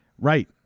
Right